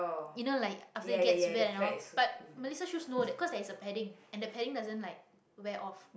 you know like after it gets wet and all but melissa shoes no that 'cause there is a padding and the padding doesn't like wear off